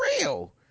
real